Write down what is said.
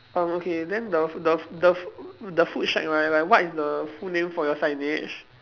um okay then the the f~ the f~ the food shack right like what is the full name for your signage